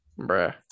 Bruh